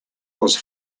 was